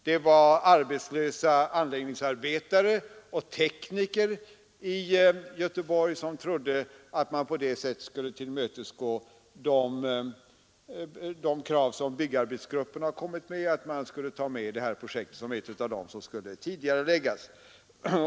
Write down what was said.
Det var arbetslösa anläggningsarbetare och tekniker i Göteborg som trodde att man på detta sätt skulle tillmötesgå de krav som byggarbetsgruppen har kommit med, att det här projektet skulle tas med som ett av dem som skulle tidigareläggas.